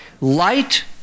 light